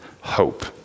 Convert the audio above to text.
hope